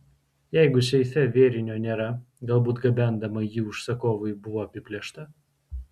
jeigu seife vėrinio nėra galbūt gabendama jį užsakovui buvo apiplėšta